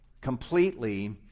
completely